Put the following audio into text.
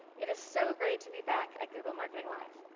it is so great to be back at google marketing live!